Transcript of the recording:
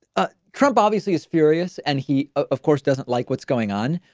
ah, trump obviously is furious and he of course doesn't like what's going on,